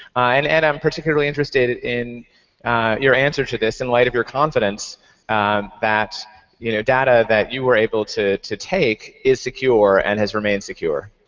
and and i'm particularly interested in your answer to this in light of your confidence that you know data that you were able to to take is secure and has remained secure.